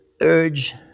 urge